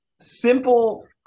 simple